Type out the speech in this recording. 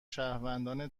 شهروندان